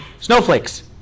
Snowflakes